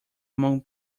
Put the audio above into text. among